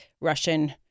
Russian